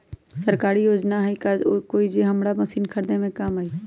सरकारी योजना हई का कोइ जे से हमरा मशीन खरीदे में काम आई?